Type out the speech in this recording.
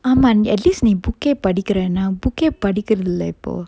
ஆமா:aama atleast நீ:nee book eh படிக்குற நா:padikkura na book eh படிக்கிறதில்ல இப்போ:padikkirathilla ippo